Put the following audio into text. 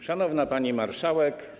Szanowna Pani Marszałek!